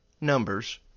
Numbers